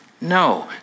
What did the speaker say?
No